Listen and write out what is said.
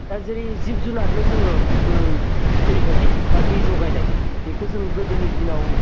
दा जेरै जिब जुनारनो जोङो उम दै होनाय बा दै जगायनाय बेखो जों गोदोन दिनाव